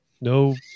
No